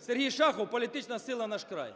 СергійШахов, політична сила "Наш край".